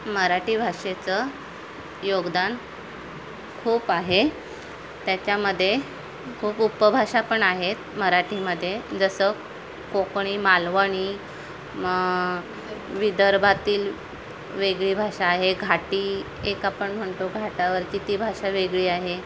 मराठी भाषेचं योगदान खूप आहे त्याच्यामध्ये खूप उपभाषा पण आहेत मराठीमध्ये जसं कोकणी मालवणी म विदर्भातील वेगळी भाषा आहे घाटी एक आपण म्हणतो घाटावरची ती भाषा वेगळी आहे